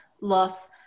loss